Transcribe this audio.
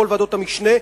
כל ועדות המשנה,